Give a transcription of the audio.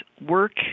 work